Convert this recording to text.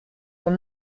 were